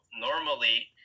normally